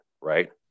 right